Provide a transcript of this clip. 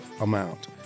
amount